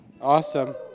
Awesome